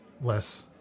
Less